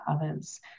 others